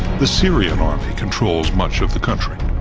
the syrian army controls much of the country.